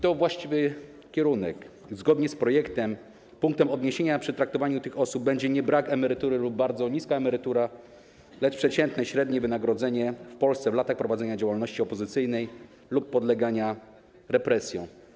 To właściwy kierunek - zgodnie z projektem punktem odniesienia przy traktowaniu tych osób będzie nie brak emerytury lub bardzo niska emerytura, lecz przeciętne średnie wynagrodzenie w Polsce w latach prowadzenia działalności opozycyjnej lub podlegania represjom.